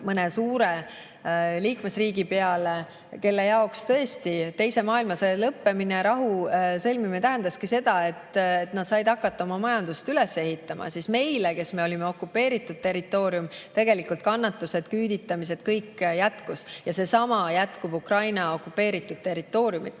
mõne suure liikmesriigi peale, kelle jaoks tõesti teise maailmasõja lõppemine, rahu sõlmimine tähendas seda, et nad said hakata oma majandust üles ehitama, siis meile, kes me olime okupeeritud territoorium, kannatused, küüditamised, kõik jätkus. Ja seesama jätkub Ukraina okupeeritud territooriumidel.